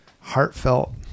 heartfelt